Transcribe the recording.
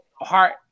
heart